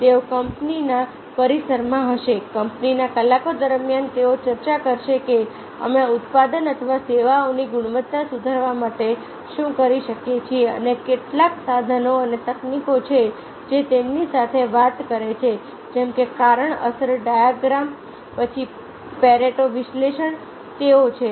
તેઓ કંપનીના પરિસરમાં હશે કંપનીના કલાકો દરમિયાન તેઓ ચર્ચા કરશે કે અમે ઉત્પાદન અથવા સેવાઓની ગુણવત્તા સુધારવા માટે શું કરી શકીએ છીએ અને કેટલાક સાધનો અને તકનીકો છે જે તેમની સાથે વાત કરે છે જેમ કે કારણ અસર ડાયાગ્રામ પછી પેરેટો વિશ્લેષણ તેઓ છે